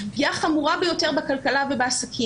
פגיעה חמורה ביותר בכלכלה ובעסקים.